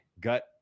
gut